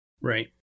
Right